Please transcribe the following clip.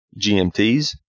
GMTs